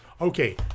Okay